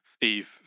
Eve